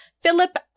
Philip